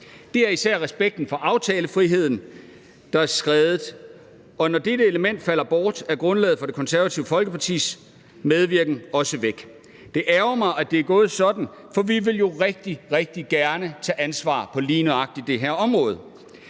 Det er især respekten for aftalefriheden, der er skredet, og når dette element falder bort, er grundlaget for Det Konservative Folkepartis medvirken også væk. Det ærgrer mig, at det er gået sådan, for vi vil jo rigtig, rigtig gerne tage ansvar på lige nøjagtig det her område.